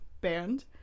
band